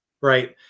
right